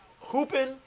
hooping